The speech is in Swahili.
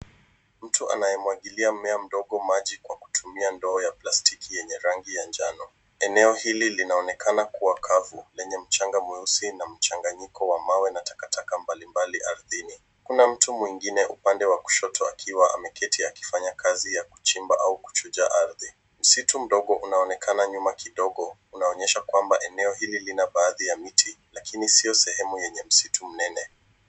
Mtu anayemwagilia mmea mdogo maji kwa kutumia ndoo ya plastiki yenye rangi ya njano. Eneo hili linaonekana kuwa kavu, lenye mchanga meusi na mchanganyiko wa mawe na takataka mbalimbali ardhini. Kuna mtu mwingine upande wa kushoto akiwa ameketi akifanya kazi ya kuchimba au kuchuja ardhi. Msitu mdogo unaonekana nyuma kidogo unaonyesha kwamba eneo hili lina baadhi ya miti lakini sio sehemu yenye msitu mnene.